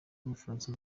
bufaransa